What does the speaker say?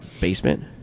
basement